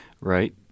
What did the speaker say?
right